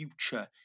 future